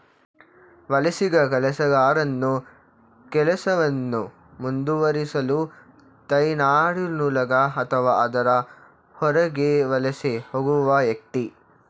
ವಲಸಿಗ ಕೆಲಸಗಾರನು ಕೆಲಸವನ್ನು ಮುಂದುವರಿಸಲು ತಾಯ್ನಾಡಿನೊಳಗೆ ಅಥವಾ ಅದರ ಹೊರಗೆ ವಲಸೆ ಹೋಗುವ ವ್ಯಕ್ತಿ